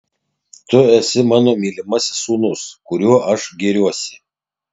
tu esi mano mylimasis sūnus kuriuo aš gėriuosi